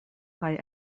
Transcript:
kaj